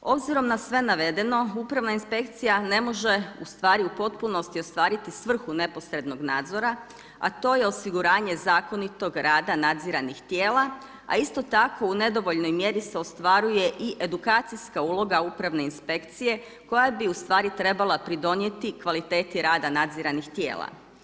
Obzirom na sve navedeno, Upravna inspekcija ne može u stvari u potpunosti ostvariti svrhu neposrednog nadzora, a to je osiguranje zakonitog rada nadziranih tijela, a isto tako u nedovoljnoj mjeri se ostvaruje i edukacijska uloga Upravne inspekcije koja bi u stvari trebala pridonijeti kvaliteti rada nadziranih tijela.